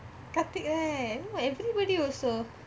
karthik right ya everybody also